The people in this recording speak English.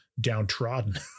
downtrodden